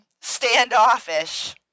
standoffish